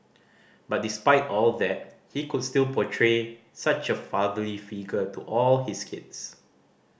but despite all that he could still portray such a fatherly figure to all his kids